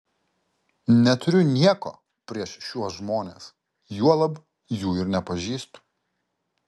neturiu nieko prieš šiuos žmones juolab jų ir nepažįstu